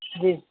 जी